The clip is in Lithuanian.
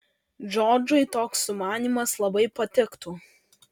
džordžui toks sumanymas labai patiktų